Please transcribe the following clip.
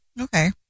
Okay